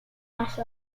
mash